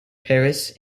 paris